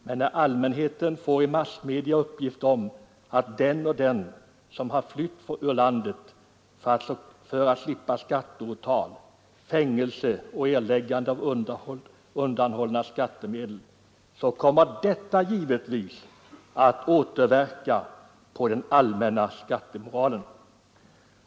Men när allmänheten i massmedia får uppgift om att den eller den personen har ogynnsamma verkningar i glesbygd av de höjda drivmedelspriserna flytt ur landet för att slippa skatteåtal, fängelse och erläggande av undanhållna skattemedel kommer detta givetvis att återverka på den allmänna skattemoralen.